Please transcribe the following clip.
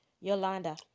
Yolanda